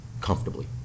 comfortably